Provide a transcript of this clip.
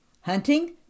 Hunting